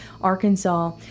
Arkansas